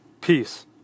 peace